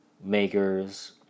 makers